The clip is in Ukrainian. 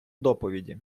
доповіді